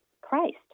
Christ